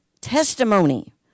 testimony